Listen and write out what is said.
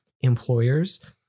employers